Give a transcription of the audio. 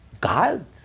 God